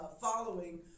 following